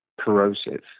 corrosive